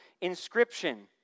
inscription